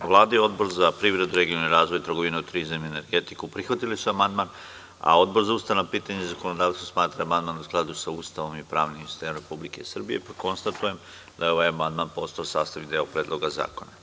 Vlada i Odbor za privredu, regionalni razvoj, trgovinu, turizam i energetiku prihvatili su amandman, a Odbor za ustavna pitanja i zakonodavstvo smatra da je amandman u skladu sa Ustavom i pravnim sistemom Republike Srbije, pa konstatujem da je ovaj amandman postao sastavni deo Predloga zakona.